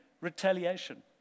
retaliation